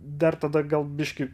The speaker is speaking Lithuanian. dar tada gal biškį